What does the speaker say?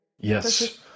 Yes